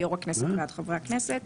מיו"ר הכנסת ועד חברי הכנסת,